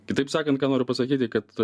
kitaip sakant ką noriu pasakyti kad